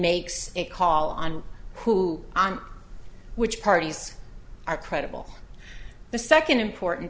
makes a call on who on which parties are credible the second important